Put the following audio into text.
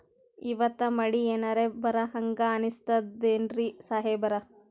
ಇವತ್ತ ಮಳಿ ಎನರೆ ಬರಹಂಗ ಅನಿಸ್ತದೆನ್ರಿ ಸಾಹೇಬರ?